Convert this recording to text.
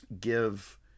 give